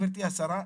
גברתי השרה,